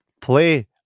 play